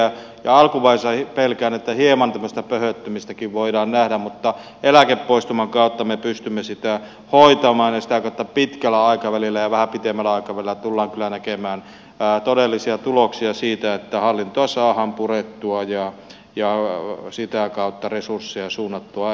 alkuvaiheessa pelkään että hieman tämmöistä pöhöttymistäkin voidaan nähdä mutta eläkepoistuman kautta me pystymme sitä hoitamaan ja sitä kautta vähän pitemmällä aikavälillä tullaan kyllä näkemään todellisia tuloksia siitä että hallintoa saadaan purettua ja sitä kautta resursseja suunnattua enemmän kenttätoimintaan